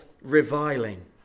reviling